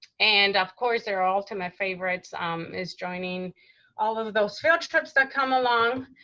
and of course, our ultimate favorite is joining all of those field trips that come along.